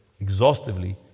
exhaustively